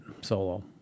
Solo